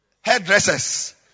hairdressers